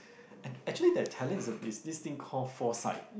and actually that talent is a is this thing called foresight